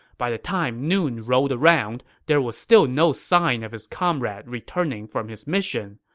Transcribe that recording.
by the time noon rolled around, there was still no sign of his comrade returning from his mission,